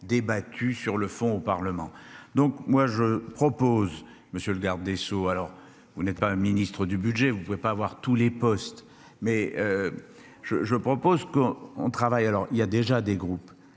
débattu sur le fond au Parlement. Donc moi je propose monsieur le garde des Sceaux alors vous n'êtes pas un ministre du Budget, vous ne pouvez pas avoir tous les postes mais. Je, je propose qu'on on travaille. Alors il y a déjà des groupes